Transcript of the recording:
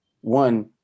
one